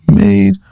made